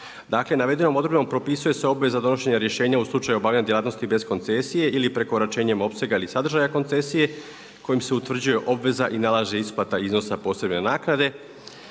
Dakle navedenom odredbom propisuje se obveza donošenja rješenja u slučaju obavljanja djelatnosti bez koncesije ili prekoračenjem opsega ili sadržaja koncesije kojom se utvrđuje obveza i nalaže isplata iznosa posebne naknade